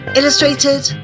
illustrated